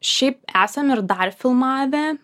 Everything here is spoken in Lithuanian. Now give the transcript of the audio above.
šiaip esam ir dar filmavę